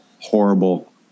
horrible